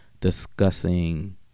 discussing